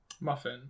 Muffin